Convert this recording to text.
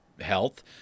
health